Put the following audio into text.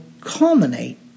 culminate